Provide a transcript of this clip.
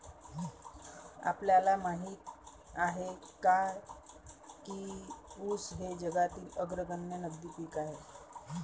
आपल्याला माहित आहे काय की ऊस हे जगातील अग्रगण्य नगदी पीक आहे?